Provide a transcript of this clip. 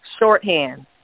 shorthand